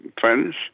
friends